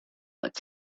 what